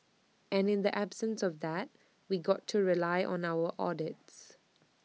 and in the absence of that we've got to rely on our audits